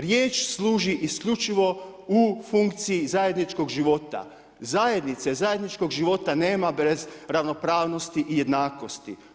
Riječ služi isključivo u funkciji zajedničkog života, zajednice, zajedničkog života nema bez ravnopravnosti i jednakosti.